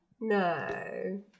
no